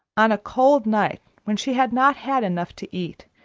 on a cold night, when she had not had enough to eat,